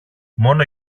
μόνο